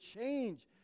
change